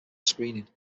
screening